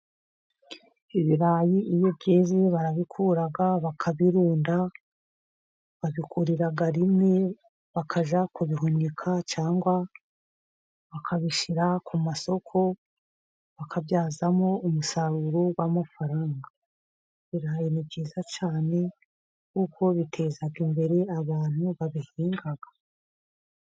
Ibirayi iyo byeze barabikura bakabirunda. Babikurira rimwe bakajya kubihunika, cyangwa bakabishyira ku masoko, bakabyazamo umusaruro w'amafaranga. Ibirayi ni byiza cyane, kuko bitezaga imbere abantu babihinga.